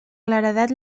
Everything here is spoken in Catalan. claredat